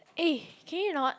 eh can you not